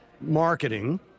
marketing